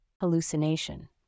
Hallucination